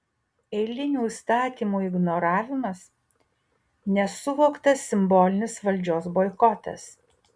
eilinių įstatymų ignoravimas nesuvoktas simbolinis valdžios boikotas